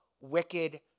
wicked